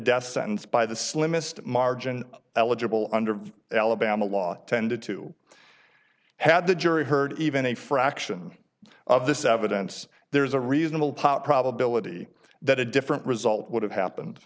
death sentence by the slimmest margin eligible under alabama law tended to had the jury heard even a fraction of this evidence there is a reasonable probability that a different result would have happened